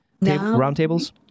roundtables